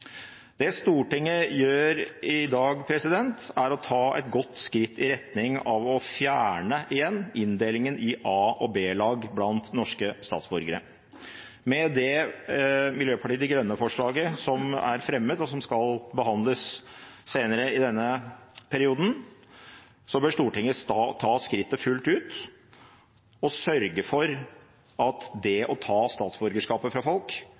Det Stortinget gjør i dag, er å ta et godt skritt i retning av å fjerne inndelingen i A- og B-lag blant norske statsborgere igjen. Med det Miljøpartiet De Grønne-forslaget som er fremmet, og som skal behandles senere i denne perioden, bør Stortinget ta skrittet fullt ut og sørge for at det å ta statsborgerskapet fra folk,